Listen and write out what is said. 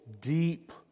deep